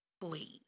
Please